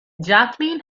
jacqueline